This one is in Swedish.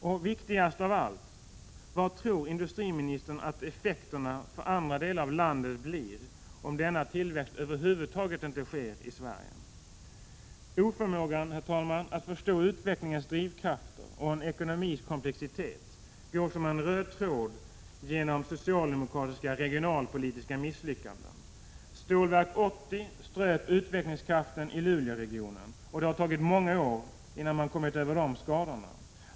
Och viktigast av allt: Hurdana tror industriministern att effekterna för andra delar av landet blir om denna tillväxt över huvud taget inte sker i Sverige? Oförmågan att förstå utvecklingens drivkrafter och en ekonomis komplexitet går som en röd tråd genom socialdemokratiska regionalpolitiska misslyckanden. Stålverk 80 ströp utvecklingskraften i Luleåregionen. Det har tagit många år för att komma över skadorna.